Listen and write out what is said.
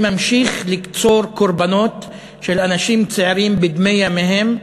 שממשיך לקצור קורבנות של אנשים צעירים בדמי ימיהם,